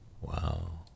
Wow